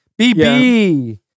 BB